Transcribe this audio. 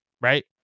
right